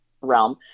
realm